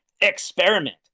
experiment